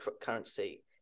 currency